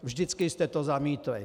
Vždycky jste to zamítli.